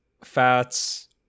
fats